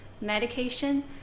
medication